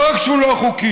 לא רק שהוא לא חוקי,